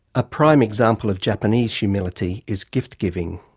a prime example of japanese humility is gift giving.